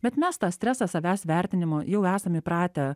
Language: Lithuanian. bet mes tą stresą savęs vertinimo jau esam įpratę